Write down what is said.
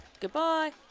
Goodbye